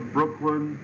Brooklyn